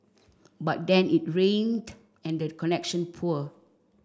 but then it rained and the connection poor